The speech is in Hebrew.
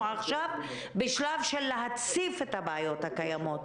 עכשיו בשלב של להציף את הבעיות הקיימות,